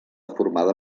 formada